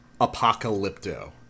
apocalypto